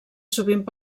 sovint